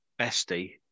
Bestie